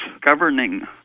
governing